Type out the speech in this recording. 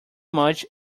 much